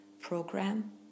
program